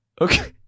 Okay